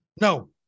No